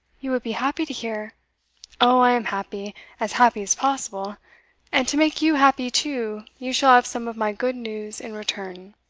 you would be happy to hear oh, i am happy as happy as possible and, to make you happy too, you shall have some of my good news in return.